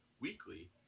weekly